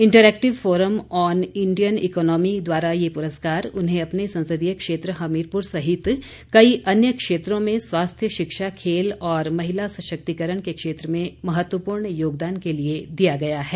interactive forum on Indian economy द्वारा ये पुरस्कार उन्हें अपने संसदीय क्षेत्र हमीरपुर सहित कई अन्य क्षेत्रों में स्वास्थ्य शिक्षा खेल और महिला सशक्तिकरण के क्षेत्र में महत्वपूर्ण योगदान के लिए दिया गया है